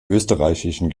österreichischen